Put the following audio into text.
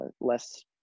less